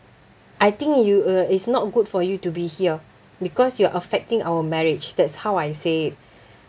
I think you err it's not good for you to be here because you're affecting our marriage that's how I say it